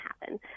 happen